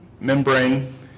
membrane